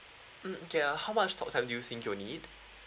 mm okay uh how much talk time do you think you'll need